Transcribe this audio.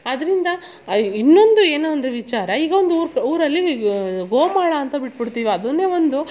ಆದರಿಂದ ಇನ್ನೊಂದು ಏನೋ ಒಂದು ವಿಚಾರ ಈಗ ಒಂದು ಊರು ಊರಲ್ಲಿ ಗೋಮಾಳ ಅಂತ ಬಿಟ್ಬಿಡ್ತಿವ್ ಅದನ್ನೇ ಒಂದು